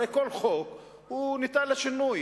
הרי כל חוק ניתן לשינוי.